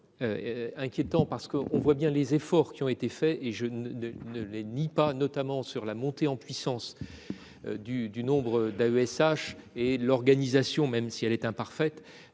Inquiétant parce qu'on voit bien les efforts qui ont été faits et je ne, de ne les nie pas, notamment sur la montée en puissance. Du, du nombre d'AESH et l'organisation même si elle est imparfaite.